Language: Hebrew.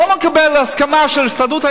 לא מקבל הסכמה של ההסתדרות.